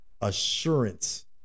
assurance